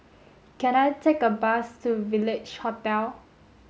can I take a bus to Village Hotel